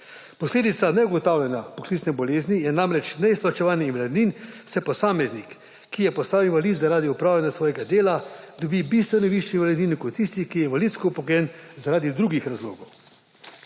Posledica neugotavljanja poklicne bolezni je namreč neizplačevanje invalidnin, saj posameznik, ki je postal invalid zaradi opravljanja svojega dela, dobi bistveno višjo invalidnino kot tisti, ki je invalidsko upokojen zaradi drugih razlogov.